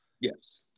Yes